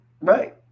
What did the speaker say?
Right